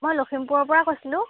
মই লখিমপুৰৰ পৰা কৈছিলোঁ